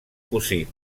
cosí